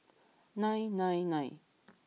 nine nine nine